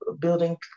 building